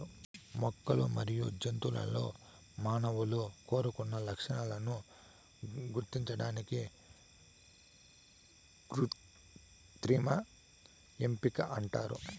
మొక్కలు మరియు జంతువులలో మానవులు కోరుకున్న లక్షణాలను గుర్తించడాన్ని కృత్రిమ ఎంపిక అంటారు